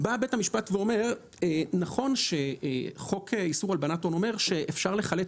אמר בית המשפט שנכון שחוק איסור הלבנת הון אומר שאפשר לחלט